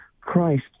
Christ